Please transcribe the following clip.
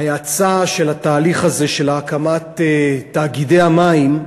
ההאצה של התהליך הזה של הקמת תאגידי המים,